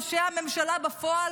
ראשי הממשלה בפועל,